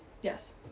Yes